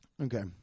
Okay